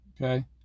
Okay